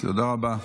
תודה רבה.